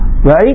right